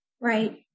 right